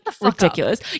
ridiculous